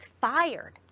fired